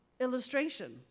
illustration